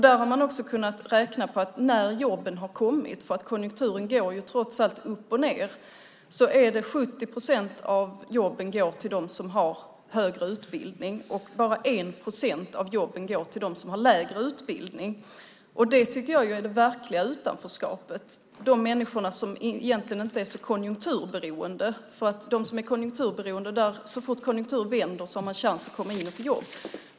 Där har man räknat ut att när jobben har kommit - konjunkturen går trots allt upp och ned - är det 70 procent av jobben som går till dem som har högre utbildning och bara 1 procent till dem som har lägre utbildning. Det tycker jag är det verkliga utanförskapet, människor som egentligen inte är så konjunkturberoende. De som är konjunkturberoende har en chans att få jobb så fort konjunkturen vänder.